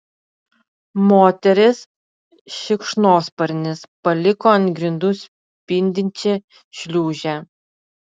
moteris šikšnosparnis paliko ant grindų spindinčią šliūžę